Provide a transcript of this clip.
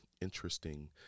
interesting